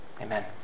Amen